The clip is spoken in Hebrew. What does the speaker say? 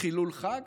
חבר הכנסת סעדה,